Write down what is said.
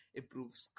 improves